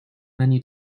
menu